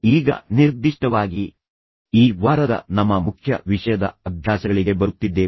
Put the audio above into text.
ಈಗ ನಿರ್ದಿಷ್ಟವಾಗಿ ಈ ವಾರದ ನಮ್ಮ ಮುಖ್ಯ ವಿಷಯದ ಅಭ್ಯಾಸಗಳಿಗೆ ಬರುತ್ತಿದ್ದೇವೆ